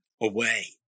away